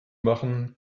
machen